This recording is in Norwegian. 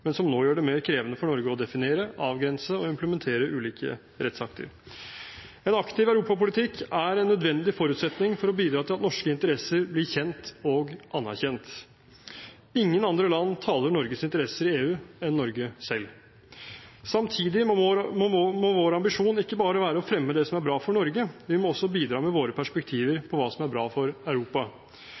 men som nå gjør det mer krevende for Norge å definere, avgrense og implementere ulike rettsakter. En aktiv europapolitikk er en nødvendig forutsetning for å bidra til at norske interesser blir kjent og anerkjent. Ingen andre land taler Norges interesser i EU enn Norge selv. Samtidig må vår ambisjon ikke bare være å fremme det som er bra for Norge, vi må også bidra med våre perspektiver på hva som er bra for Europa.